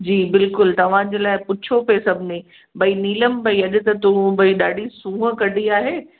जी बिल्कुलु तव्हांजे लाइ पुछियो पिए सभिनी भई नीलम भई अॼ त तू भई ॾाढी सूंहुं कढी आहे